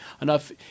enough